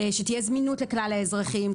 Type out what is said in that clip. שתהיה זמינות לכלל אזרחים,